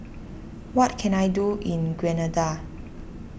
what can I do in Grenada